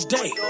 day